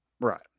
Right